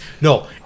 No